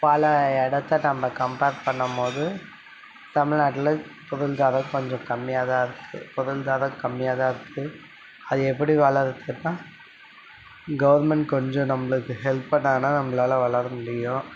பல இடத்த நம்ம கம்பேர் பண்ணும் போது தமிழ்நாட்டில் பொருளாதாரம் கொஞ்சம் கம்மியாக தான் இருக்கு பொருளாதாரம் கம்மியாக தான் இருக்கு அது எப்படி வளரத்துனா கவுர்மெண்ட் கொஞ்சம் நம்மளுக்கு ஹெல்ப் பண்ணாங்கனா நம்மளால வளர முடியும்